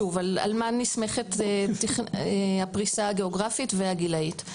שוב: על מה נסמכת הפריסה הגיאוגרפית והגילאית?